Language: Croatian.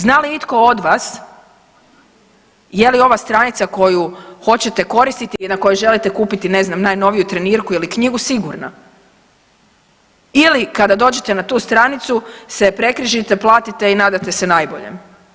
Zna li itko od vas je li ova stranica koju hoćete koristiti i na kojoj želite kupiti, ne znam, najnoviju trenirku ili knjigu sigurna ili kada dođete na tu stranicu se prekrižite, platite i nadate se najboljem?